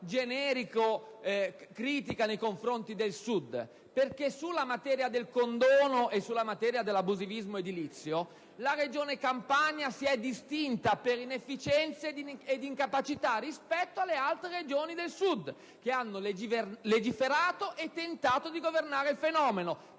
generica critica nei confronti del Sud, perché sulla materia del condono e dell'abusivismo edilizio la Regione Campania si è distinta per inefficienze ed incapacità rispetto alle altre Regioni del Sud, che hanno legiferato e tentato di governare il fenomeno,